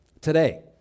Today